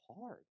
hard